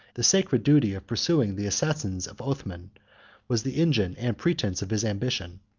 the sacred duty of pursuing the assassins of othman was the engine and pretence of his ambition.